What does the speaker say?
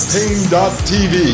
Pain.tv